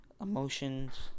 emotions